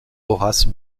horace